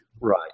Right